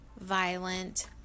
violent